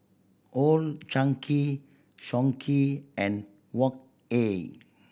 Old Chang Kee Songhe and Wok Hey